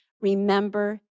remember